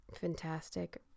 fantastic